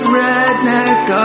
redneck